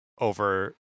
over